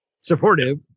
supportive